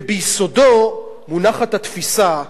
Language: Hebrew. וביסודו מונחת התפיסה,